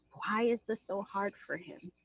why is this so hard for him?